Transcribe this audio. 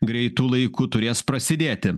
greitu laiku turės prasidėti